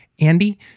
Andy